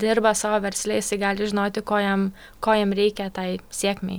dirba savo versle gali žinoti ko jam ko jam reikia tai sėkmei